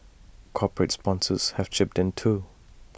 corporate sponsors have chipped in too